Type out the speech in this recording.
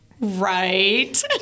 Right